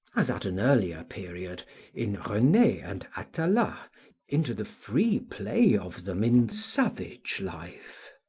as at an earlier period in rene and atala into the free play of them in savage life.